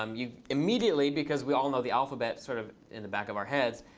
um you immediately, because we all know the alphabet sort of in the back of our heads,